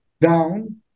down